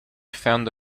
found